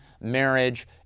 marriage